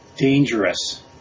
Dangerous